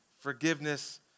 Forgiveness